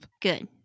Good